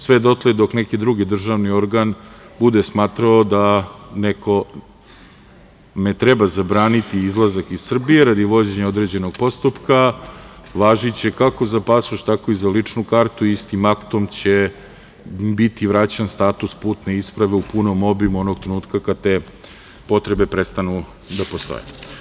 Sve dotle dok neki drugi državni organ bude smatrao da nekome treba zabraniti izlazak iz Srbije, radi vođenja određenog postupka, važiće kako za pasoš, tako i za ličnu kartu i istim aktom će im biti vraćen status putne isprave u punom obimu onog trenutka kad te potrebe prestanu da postoje.